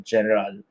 General